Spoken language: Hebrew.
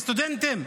לסטודנטים,